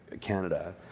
Canada